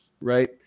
right